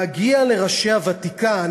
להגיע לראשי הוותיקן,